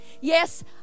Yes